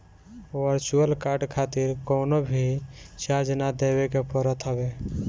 virtual card खातिर कवनो भी चार्ज ना देवे के पड़त हवे